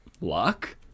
luck